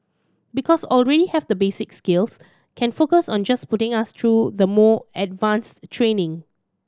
because already have the basic skills can focus on just putting us through the more advanced training